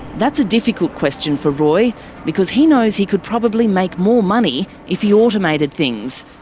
that's a difficult question for roy because he knows he could probably make more money if he automated things,